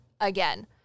again